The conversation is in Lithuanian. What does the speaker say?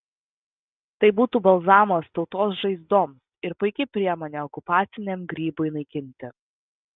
tai būtų balzamas tautos žaizdoms ir puiki priemonė okupaciniam grybui naikinti